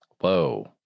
Whoa